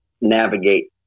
navigate